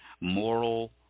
moral